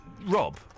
Rob